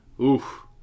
Oof